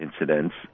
incidents